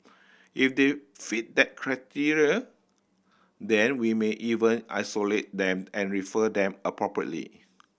if they fit that criteria then we may even isolate them and refer them appropriately